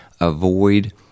avoid